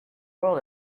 world